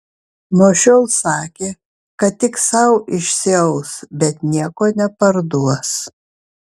nuo šiol sakė kad tik sau išsiaus bet nieko neparduos